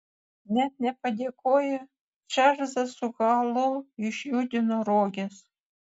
net nepadėkoję čarlzas su halu išjudino roges